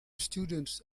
students